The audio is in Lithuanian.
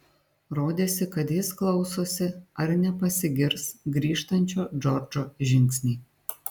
rodėsi kad jis klausosi ar nepasigirs grįžtančio džordžo žingsniai